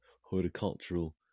horticultural